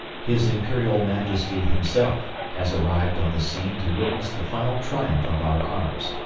his imperial majesty himself has arrived on the scene to witness the final triumph of our arms,